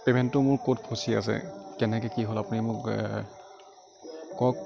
পে'মেণ্টটো মোৰ ক'ত ফচি আছে কেনেকে কি হ'ল আপুনি মোক কওক